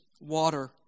water